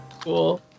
Cool